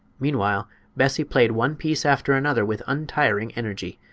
meanwhile bessie played one piece after another with untiring energy.